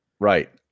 right